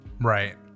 right